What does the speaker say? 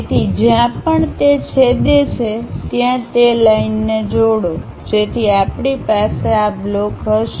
તેથી જ્યાં પણ તે છેદે છે ત્યાં તે લાઈનને જોડો જેથી આપણી પાસે આ બ્લોક હશે